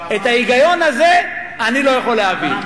את ההיגיון הזה אני לא יכול להבין.